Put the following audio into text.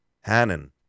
Hannon